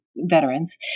veterans